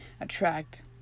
attract